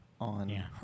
on